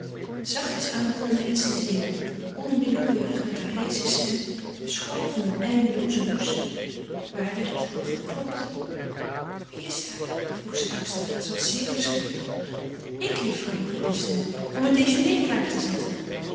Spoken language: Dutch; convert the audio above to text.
zachtjes aan begon zij iets te zingen onwillekeurig met haar heesche stem schor van een eindeloozen hoest maar er werd geklopt wie is daar vroeg ze angstig ze was zeer verschrikt ik juffrouw riep een stem om het déjeuner klaar te zetten